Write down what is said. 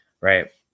right